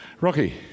Rocky